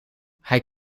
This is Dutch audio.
hij